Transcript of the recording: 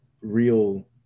real